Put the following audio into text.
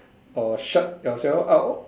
or shut yourself out